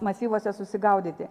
masyvuose susigaudyti